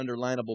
underlinable